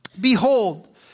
Behold